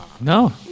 No